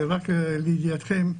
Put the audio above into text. ורק לידיעתכם,